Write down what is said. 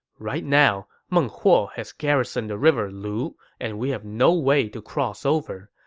right now, meng huo has garrisoned the river lu and we have no way to cross over.